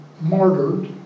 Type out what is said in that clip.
martyred